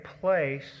place